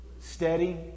steady